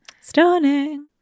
Stunning